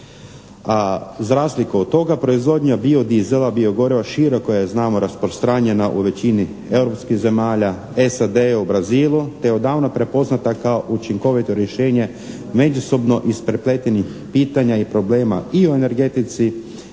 A za razliku od toga proizvodnja bio dizela, bio goriva široko je znamo rasprostranjena u većini europskih zemalja, SAD-u, Brazilu te odavno prepoznata kao učinkovito rješenje međusobno isprepletenih pitanja i problema i u energetici